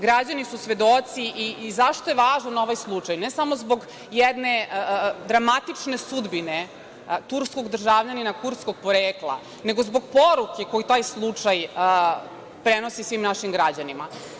Građani su svedoci i zašto je važan ovaj slučaj, ne samo zbog jedne dramatične sudbine turskog državljanina kurdskog porekla, već zbog poruke koju taj slučaj prenosi svim našim građanima.